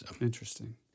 Interesting